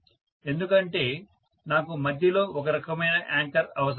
ఎందుకంటే నాకు మధ్యలో ఒకరకమైన యాంకర్ అవసరం